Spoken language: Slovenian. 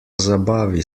zabavi